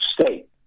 state